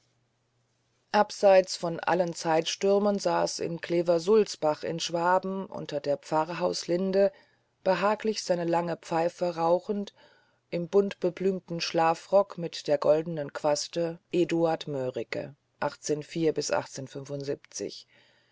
abseits von allen zeitstürmen saß in kleversulzbach in schwaben unter der pfarrhauslinde behaglich seine lange pfeife rauchend im bunt geblümten schlafrock mit den goldenen quasten eduard mörike